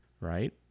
right